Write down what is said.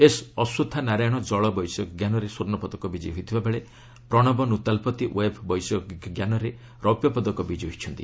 S Ashwatha Narayan ଜଳ ବୈଷୟିକ ଜ୍ଞାନରେ ସ୍ୱର୍ଣ୍ଣପଦକ ବିଜୟୀ ହୋଇଥିବାବେଳେ ପ୍ରଣବ ନୂତାଲପତି ୱେବ ବୈଷୟିକ ଜ୍ଞାନରେ ରୌପ୍ୟ ପଦକ ବିଜୟୀ ହୋଇଛନ୍ତି